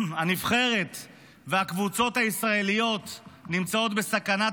הנבחרת והקבוצות הישראליות נמצאות בסכנת